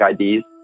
IDs